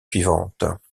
suivantes